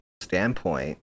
standpoint